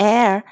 Air